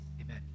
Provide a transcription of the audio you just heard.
amen